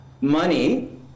Money